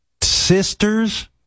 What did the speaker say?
sisters